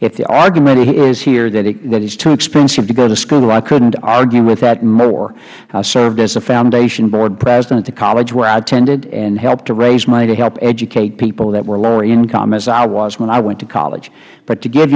if the argument is here that it is too expensive to go to school i couldn't argue with that more i served as a foundation board president at the college where i attended and helped to raise money to help educate people that were lower income as i was when i went to college but to give